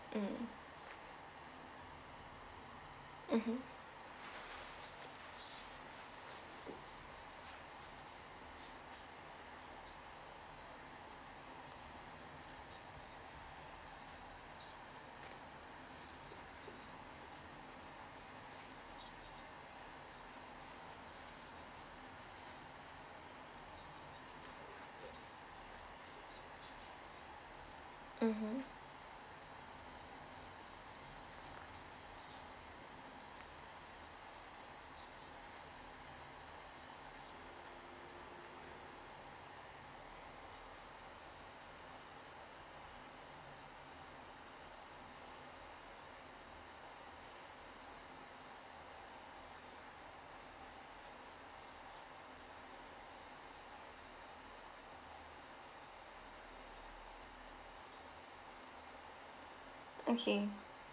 mm mmhmm mmhmm okay